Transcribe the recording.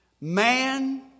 Man